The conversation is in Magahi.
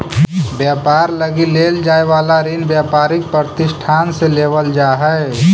व्यापार लगी लेल जाए वाला ऋण व्यापारिक प्रतिष्ठान से लेवल जा हई